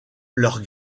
leurs